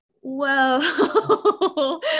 whoa